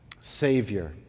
Savior